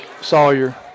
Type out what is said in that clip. Sawyer